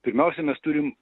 pirmiausia mes turim